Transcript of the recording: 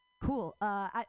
Cool